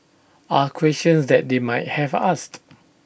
are questions that they might have asked